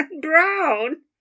Brown